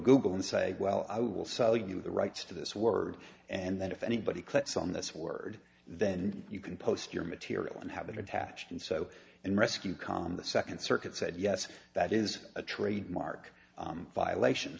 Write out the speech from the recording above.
google and say well i will sell you the rights to this word and that if anybody clicks on this word then you can post your material and have it attached and so and rescue com the second circuit said yes that is a trademark violation